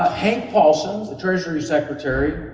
hank paulson, the treasury secretary,